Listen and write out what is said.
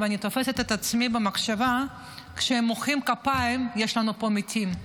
ואני תופסת את עצמי במחשבה שכשמוחאים כפיים יש לנו פה מתים,